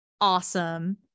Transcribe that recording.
Awesome